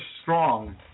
strong